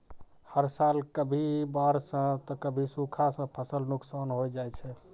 हर साल कभी बाढ़ सॅ त कभी सूखा सॅ फसल नुकसान होय जाय छै